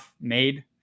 made